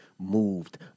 moved